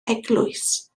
eglwys